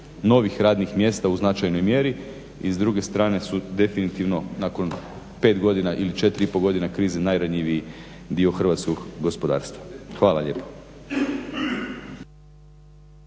novih radnih mjesta u značajnoj mjeri i s druge strane su definitivno nakon 5 godina ili 4,5 godine krize najranjiviji dio hrvatskog gospodarstva. Hvala lijepo.